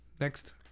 Next